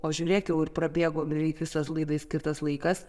o žiūrėk jau ir prabėgo beveik visas laidai skirtas laikas